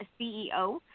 CEO